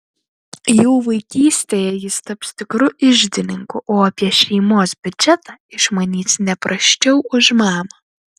jau vaikystėje jis taps tikru iždininku o apie šeimos biudžetą išmanys ne prasčiau už mamą